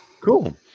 Cool